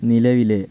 നിലവിലെ